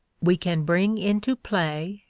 we can bring into play,